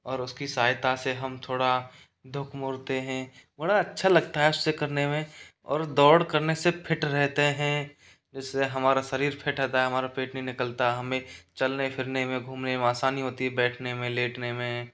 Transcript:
और उसकी सहायता से हम थोड़ा दुख मोड़ते हैं बड़ा अच्छा लगता है उसे करने में और दौड़ करने से फिट रहते हैं इससे हमारा शरीर फिट होता है हमारा पेट नहीं निकलता हमें चलने फिरने में घूमने में आसानी होती है बैठने में लेटने में